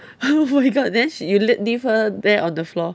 oh my god then she you le~ leave her there on the floor